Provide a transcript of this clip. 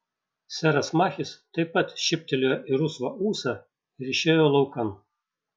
seras machis taip pat šyptelėjo į rusvą ūsą ir išėjo laukan